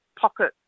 pocket